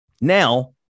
Now